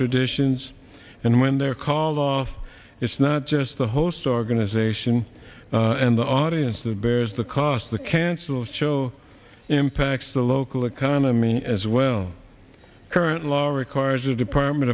traditions and when they're called off it's not just the host organization and the audience that bears the cost the canceled show impacts the local economy as well current law requires the department